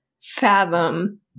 fathom